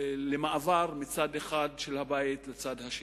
ולמעבר מצד אחד של הבית לצד השני.